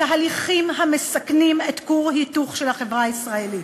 תהליכים המסכנים את כור ההיתוך של החברה הישראלית,